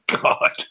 God